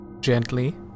gently